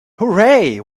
hooray